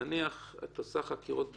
נניח שאת עושה חקירות בתיק,